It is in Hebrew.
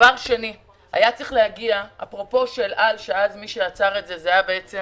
אפרופו אל על מי שעצר את זה אז היו שרי